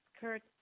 Kurt